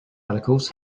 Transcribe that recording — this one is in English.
articles